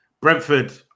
Brentford